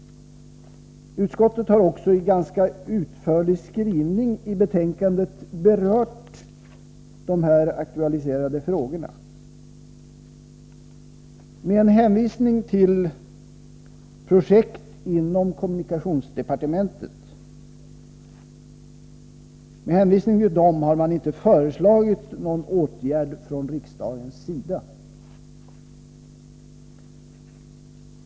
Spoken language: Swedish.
Utskottet har också i en ganska utförlig skrivning i betänkandet berört de här aktualiserade frågorna, men med hänvisning till projekt inom kommunikationsdepartementet inte föreslagit någon åtgärd från riksdagens sida.